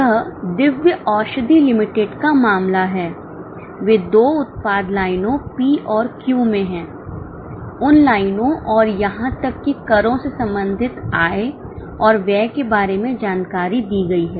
यह दिव्य औषधि लिमिटेड का मामला है वे दो उत्पाद लाइनों P और Q में हैं उन लाइनों और यहां तक कि करों से संबंधित आय और व्यय के बारे में जानकारी दी गई है